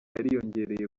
yariyongereye